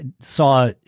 saw